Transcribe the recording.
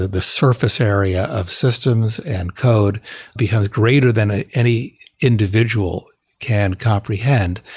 the surface area of systems and code because greater than ah any individual can comprehend,